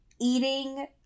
eating